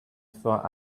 for